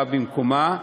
במקומה,